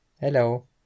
hello